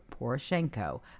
Poroshenko